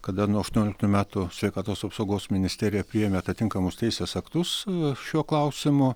kada nuo sštuonioliktų metų sveikatos apsaugos ministerija priėmė atitinkamus teisės aktus šiuo klausimu